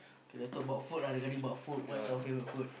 okay let's talk about food ah regarding about food what's your favorite food